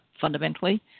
fundamentally